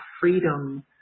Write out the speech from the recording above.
freedom